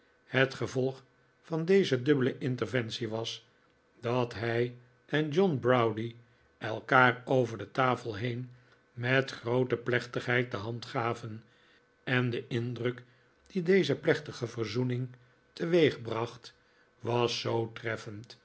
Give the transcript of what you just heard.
het gevolg van deze dubbele interventie was dat hij en john browdie elkaar over de tafel heen met groote plechtigheid de hand gaven en de indruk dien deze plechtige verzoening teweegbracht was zoo treffend